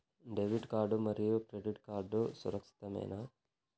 Debit card మరియు credit card సురక్షితమేనా?